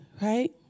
right